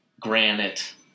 granite